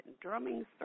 drumming